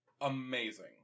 amazing